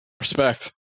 Respect